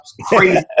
crazy